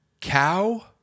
Cow